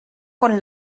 con